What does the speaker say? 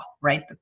right